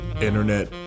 internet